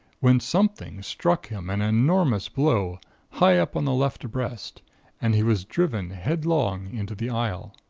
when something struck him an enormous blow high up on the left breast and he was driven headlong into the aisle.